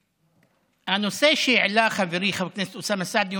הנושא שהעלה חברי חבר הכנסת סעדי,